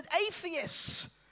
atheists